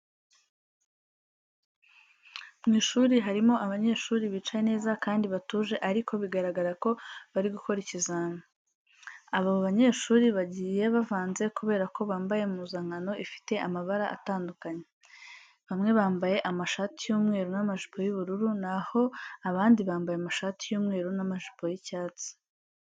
Mu ishuri harimo abanyeshuri bicaye neza kandi batuje ariko bigaragara ko bari gukora ikazimi. Aba banyeshuri bagiye bavanze kubera ko bambaye impuzankano ifite amabara atandukanye. Bamwe bambaye amashati y'umweru n'amajipo y'ubururu, na ho abandi bambaye amashati y'umweru n'amajipo y'icyatsi.